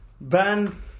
Ben